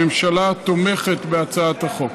הממשלה תומכת בהצעת החוק.